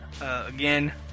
Again